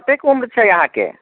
कतेक उम्र छै अहाँके